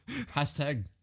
Hashtag